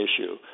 issue